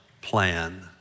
plan